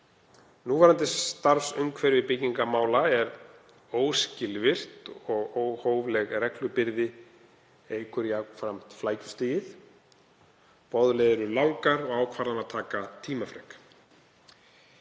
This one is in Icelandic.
Núverandi starfsumhverfi byggingarmála er óskilvirkt og óhófleg reglubyrði eykur jafnframt flækjustig. Boðleiðir eru langar og ákvarðanataka tímafrek.